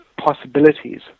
possibilities